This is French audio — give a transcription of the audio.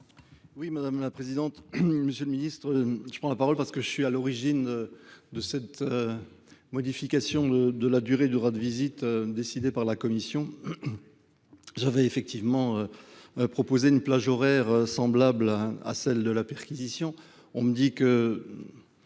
Oui madame la présidente. Monsieur le ministre, je prends la parole parce que je suis à l'origine. De cette. Modification de la durée du de visite décidée par la commission. J'avais effectivement. Proposé une plage horaire semblable à celle de la perquisition. On me dit que.